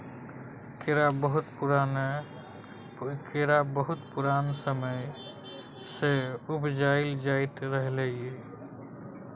केरा बहुत पुरान समय सँ उपजाएल जाइत रहलै यै